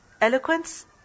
eloquence